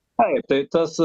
ai tai tas